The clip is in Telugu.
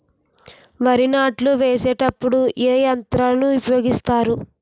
వరి నాట్లు వేసేటప్పుడు ఏ యంత్రాలను ఉపయోగిస్తారు?